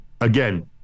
again